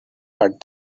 but